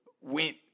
went